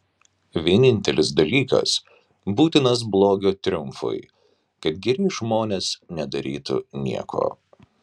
vienintelis dalykas būtinas blogio triumfui kad geri žmonės nedarytų nieko